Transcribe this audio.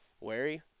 wary